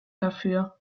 dafür